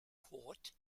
court